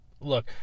Look